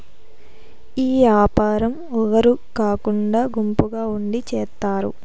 ఈ యాపారం ఒగరు కాకుండా గుంపుగా ఉండి చేత్తారు